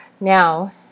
Now